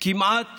כמעט